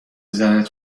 دیدنت